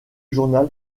journal